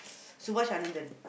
Subhas Anandan